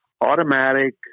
automatic